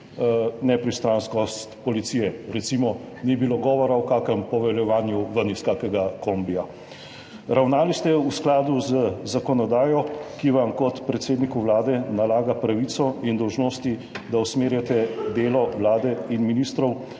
nepristranskost policije. Recimo, ni bilo govora o kakšnem poveljevanju ven iz kakšnega kombija. Ravnali ste v skladu z zakonodajo, ki vam kot predsedniku Vlade nalaga pravico in dolžnosti, da usmerjate delo vlade in ministrov,